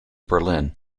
berlin